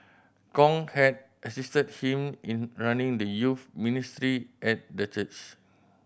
Kong had assisted him in running the youth ministry at the church